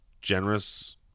generous